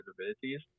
abilities